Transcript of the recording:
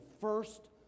first